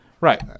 Right